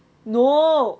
no